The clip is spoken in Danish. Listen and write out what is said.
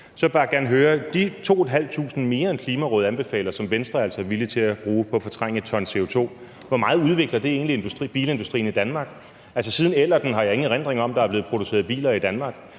de 2.500 kr. mere, end Klimarådet anbefaler, som Venstre altså er villige til at bruge på at fortrænge 1 t CO2, egentlig udvikler bilindustrien i Danmark. Siden Ellerten har jeg ingen erindring om, at der er blevet produceret biler i Danmark,